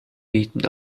bieten